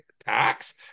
Tax